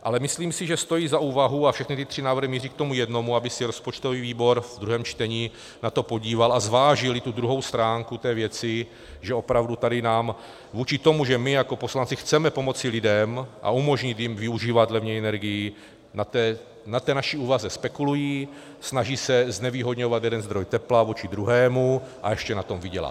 Ale myslím si, že stojí za úvahy a všechny ty tři návrhy míří k tomu jednomu, aby se rozpočtový výbor ve druhém čtení na to podíval a zvážil i druhou stránku té věci, že opravdu tady nám vůči tomu, že my jako poslanci chceme pomoci lidem a umožnit jim využívat levněji energii, na té naší úvaze spekulují, snaží se znevýhodňovat jeden zdroj tepla vůči druhému a ještě na tom vydělat.